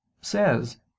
says